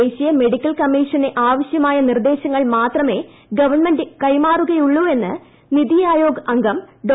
ദേശീയമെഡിക്കൽ കമ്മീഷന് ആവശ്യമായ നിർദ്ദേശങ്ങൾ മാത്രമെഗവൺമെന്റ്കൈമാറുകയുള്ളൂഎന്ന് നിതിആയോഗ്അംഗംഡോ